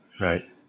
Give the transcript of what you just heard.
Right